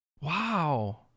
wow